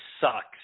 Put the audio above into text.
sucks